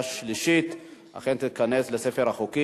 בעד, 5, אין מתנגדים.